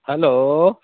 hello